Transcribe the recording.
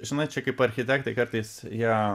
žinai čia kaip architektai kartais ją